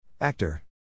Actor